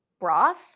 broth